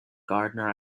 gardener